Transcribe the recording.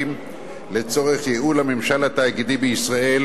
לצורך ייעול הממשל התאגידי בישראל